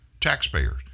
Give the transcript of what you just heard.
Taxpayers